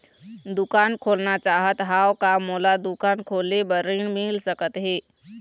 दुकान खोलना चाहत हाव, का मोला दुकान खोले बर ऋण मिल सकत हे?